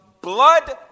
blood